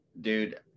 dude